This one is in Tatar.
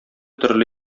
төрле